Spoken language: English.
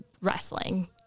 wrestling